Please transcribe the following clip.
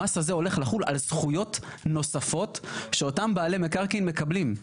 המס הזה הולך לחול על זכויות נוספות שאותם בעלי מקרקעין מקבלים.